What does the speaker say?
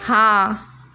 हाँ